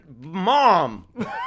Mom